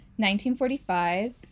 1945